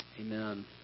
Amen